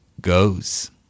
goes